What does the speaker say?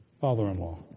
father-in-law